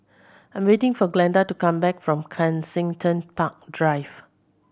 I'm waiting for Glenda to come back from Kensington Park Drive